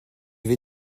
vais